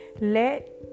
let